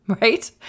Right